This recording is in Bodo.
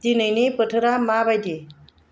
दिनैनि बोथोरा माबायदि